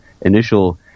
initial